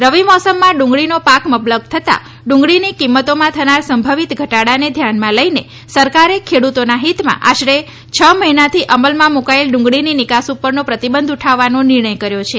રવિ મોસમમાં ડુંગળીનો પાક મબલખ થતા ડુંગળીની કિંમતોમાં થનાર સંભવિત ઘટાડાને ધ્યાનમાં લઇને સરકારે ખેડૂતોના હિતમાં આશરે છ મહિનાથી અમલમાં મૂકાચેલ ડુંગળીની નિકાસ પરનો પ્રતિબંધ ઉઠાવવાનો નિર્ણય કર્યો છે